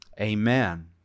Amen